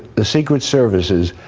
the secret services,